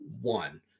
one